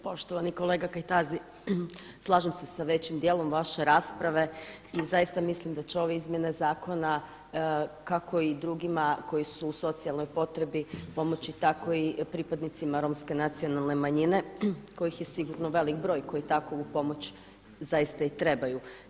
Poštovani kolega Kajtazi, slažem se sa većim dijelom vaše rasprave i zaista mislim da će ove izmjene zakona kako i drugima koji su u socijalnoj potrebi pomoći, tako i pripadnicima Romske nacionalne manjine kojih je sigurno velik broj koji takvu pomoć zaista i trebaju.